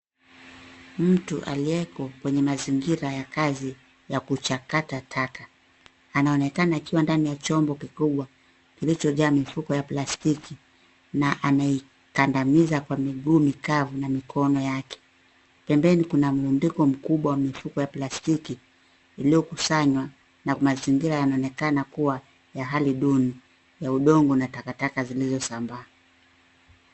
Mtu aliyeko kwenye mazingira ya kazi ya kuchakata taka. Anaonekana akiwa ndani ya chombo kikubwa kilichojaa mifuko ya plastiki na anaikandamiza kwa miguu mikavu na mikono yake. Pembeni kuna mrundiko mkubwa wa mifuko ya plastiki iliyokusanywa na mazingira yanaonekana kuwa ya hali duni ya udongo na takataka zilizosambaa.